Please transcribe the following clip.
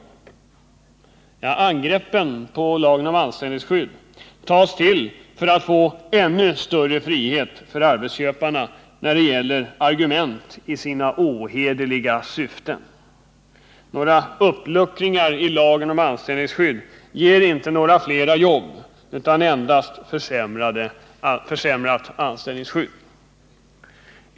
Angreppen på lagen om anställningsskydd tas till för att arbetsköparna skall få ännu större frihet när det gäller avskedanden. De tar ungdomsarbetslösheten bara som ett argument i sina ohederliga syften. Några uppluckringar i lagen om anställningsskydd ger inte fler jobb utan endast försämrat anställningsskydd.